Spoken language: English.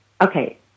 okay